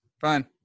Fine